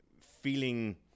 feeling